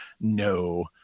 no